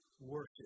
worship